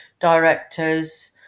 directors